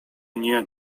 nie